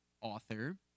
author